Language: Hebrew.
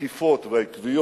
התקיפות והעקביות